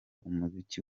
umuziki